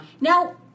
Now